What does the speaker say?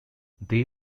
they